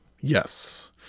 Yes